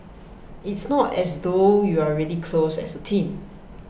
it's not as though you're really close as a team